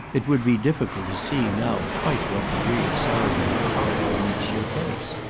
it would be difficult to see now quite what degree of ceremony properly meets your case.